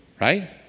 right